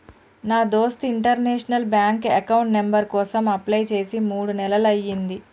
నా దోస్త్ international bank account number కోసం అప్లై చేసి మూడు నెలలయ్యింది